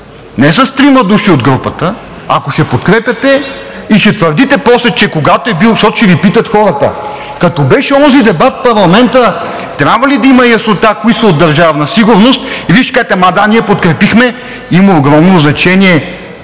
не с трима души от групата. Ако ще подкрепяте и ще твърдите после, защото ще Ви питат хората: „Като беше онзи дебат в парламента, трябва ли да има яснота кои са от Държавна сигурност?“ И Вие ще кажете: „Ами да, ние подкрепихме.“ Има огромно значение